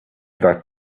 that